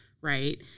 right